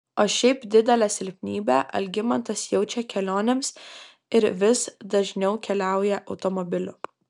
o šiaip didelę silpnybę algimantas jaučia kelionėms ir vis dažniau keliauja automobiliu